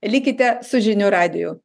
likite su žinių radiju